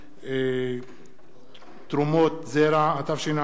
חג יתרו (נבי שועייב), התשע"א